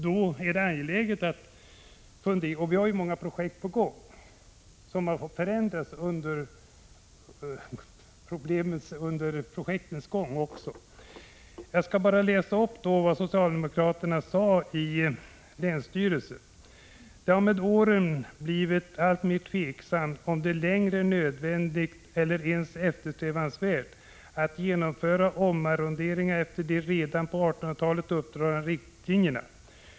En del förbättringar har åstadkommits, och många projekt är på gång. Jag skall läsa upp vad socialdemokraterna i länsstyrelsen uttalat: ”Det har med åren blivit allt mer tveksamt om det längre är nödvändigt eller ens eftersträvansvärt att genomföra omarronderingarna efter de redan på 1800-talet uppdragna linjerna.